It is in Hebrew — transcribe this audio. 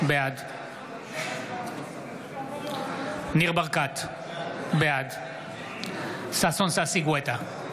בעד ניר ברקת, בעד ששון ששי גואטה,